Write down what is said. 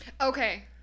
Okay